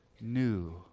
new